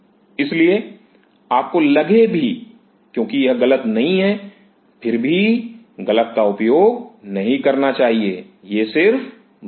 इसलिए आपको लगे भी क्योंकि यह गलत नहीं है फिर भी गलत का उपयोग नहीं करना चाहिए यह सिर्फ भ्रम है